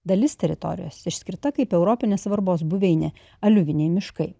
dalis teritorijos išskirta kaip europinės svarbos buveinė aliuviniai miškai